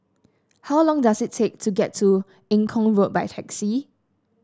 how long does it take to get to Eng Kong Road by taxi